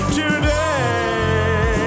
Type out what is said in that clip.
today